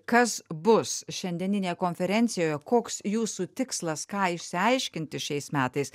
kas bus šiandieninėje konferencijoje koks jūsų tikslas ką išsiaiškinti šiais metais